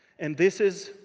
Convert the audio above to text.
and this is,